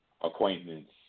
acquaintance